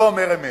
לא אומר אמת.